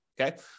okay